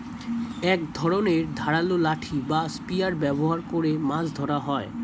এক ধরনের ধারালো লাঠি বা স্পিয়ার ব্যবহার করে মাছ ধরা হয়